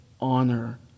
honor